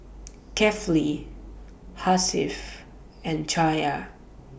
Kefli Hasif and Cahaya